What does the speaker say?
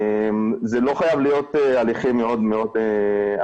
זה לא חייב להיות הליכים מאוד מאוד ארוכים.